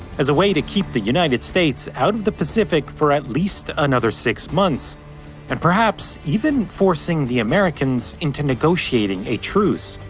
as a way to keep the united states out of the pacific for at least another six months and perhaps even forcing the americans into negotiating a truce.